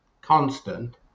constant